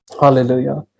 Hallelujah